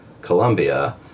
Colombia